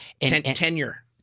Tenure